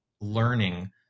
learning